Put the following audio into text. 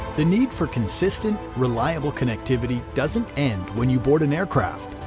the need for consistent, reliable connectivity doesn't end when you board an aircraft.